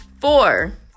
four